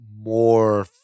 more